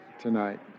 tonight